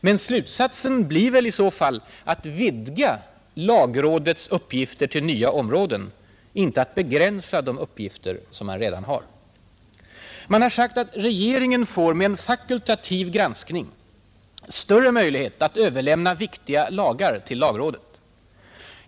Men slutsatsen blir väl i så fall att vi bör vidga lagrådets uppgifter till nya områden, inte att begränsa de uppgifter som det redan har. Man har sagt att regeringen får med en fakultativ granskning större möjlighet att överlämna viktiga lagar till lagrådet.